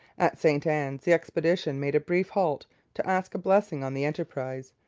at st anne's the expedition made a brief halt to ask a blessing on the enterprise.